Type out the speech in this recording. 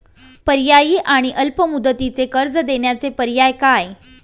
पर्यायी आणि अल्प मुदतीचे कर्ज देण्याचे पर्याय काय?